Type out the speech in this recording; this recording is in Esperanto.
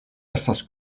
estas